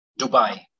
Dubai